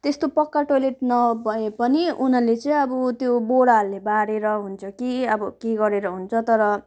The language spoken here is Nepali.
त्यस्तो पक्का टोइलेट नभए पनि उनीहरूले चाहिँ अब त्यो बोराहरूले बारेर हुन्छ कि अब के गरेर हुन्छ तर